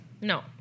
No